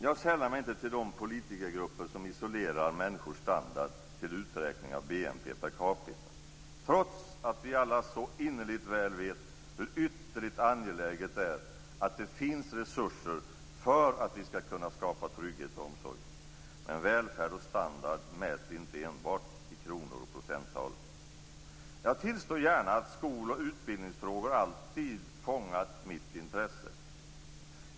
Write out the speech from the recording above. Jag sällar mig inte till de politikergrupper som isolerar människors standard till uträkning av BNP per capita, trots att vi alla så innerligt väl vet hur ytterligt angeläget det är att det finns resurser för att vi skall kunna skapa trygghet och omsorg. Men välfärd mäts inte enbart i kronor och procenttal. Jag tillstår gärna att skol och utbildningsfrågor alltid fångat mitt intresse.